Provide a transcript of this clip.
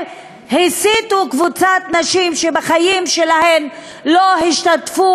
הסיתו קבוצת נשים שבחיים שלהן לא השתתפו,